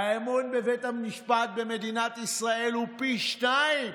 האמון בבית המשפט במדינת ישראל הוא פי שניים